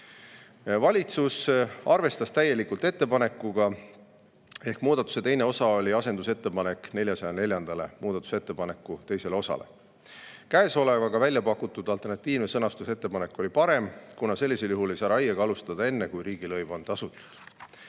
Valitsus arvestas täielikult ettepanekut ehk muudatuse teine osa oli asendusettepanek 404. muudatusettepaneku teisele osale. Pakutud alternatiivne sõnastusettepanek oli parem, kuna sellisel juhul ei saa raiet alustada enne, kui riigilõiv on tasutud.